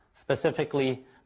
specifically